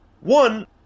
One